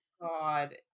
God